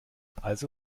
also